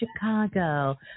Chicago